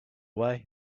way